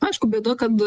aišku bėda kad